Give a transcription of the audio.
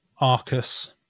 Arcus